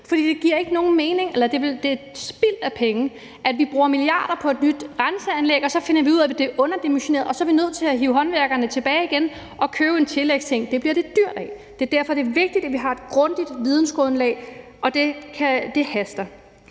med at poste i nye renseanlæg. For det er spild af penge at bruge milliarder på et nyt renseanlæg, og så finder vi ud af, at det er underdimensioneret, og så er vi nødt til at hive håndværkerne tilbage igen og købe en tillægsydelse. Det bliver det dyrt af. Det er derfor, det er vigtigt, at vi har et godt vidensgrundlag, og det haster